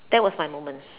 that was my moment